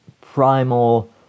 primal